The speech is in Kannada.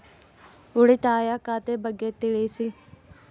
ಉಳಿತಾಯ ಖಾತೆ ಬಗ್ಗೆ ತಿಳಿಸಿ?